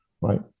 right